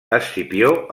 escipió